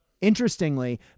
Interestingly